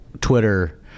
twitter